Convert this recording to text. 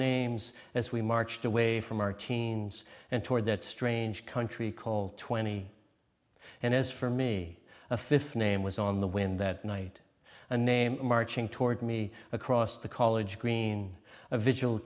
names as we marched away from our teens and toward that strange country called twenty and as for me a fifth name was on the wind that night a name marching toward me across the college green